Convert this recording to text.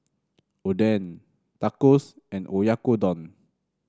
Oden Tacos and Oyakodon